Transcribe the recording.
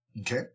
Okay